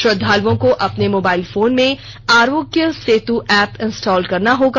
श्रद्वालुओं को अपने मोबाइल फोन में आरोग्य सेतु ऐप इंस्टॉल करना होगा